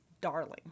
darling